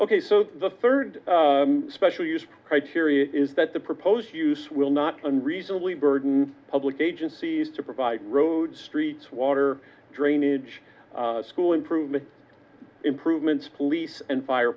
ok so the third special use criteria is that the proposed use will not unreasonably burden public agencies to provide roads streets water drainage school improvement improvements police and fire